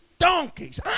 Donkeys